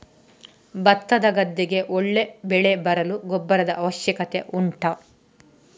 ಭತ್ತದ ಗದ್ದೆಗೆ ಒಳ್ಳೆ ಬೆಳೆ ಬರಲು ಗೊಬ್ಬರದ ಅವಶ್ಯಕತೆ ಉಂಟಾ